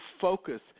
focus